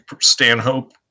Stanhope